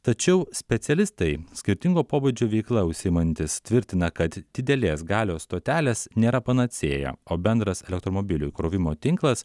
tačiau specialistai skirtingo pobūdžio veikla užsiimantys tvirtina kad didelės galios stotelės nėra panacėja o bendras elektromobilių įkrovimo tinklas